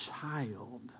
child